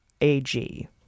AG